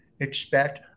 expect